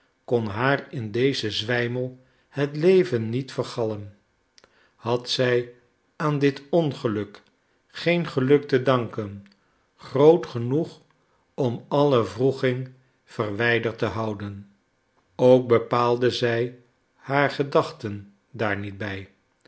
kon haar in dezen zwijmel het leven niet vergallen had zij aan dit ongeluk geen geluk te danken groot genoeg om alle wroeging verwijderd te houden ook bepaalde zij haar gedachten daar niet bij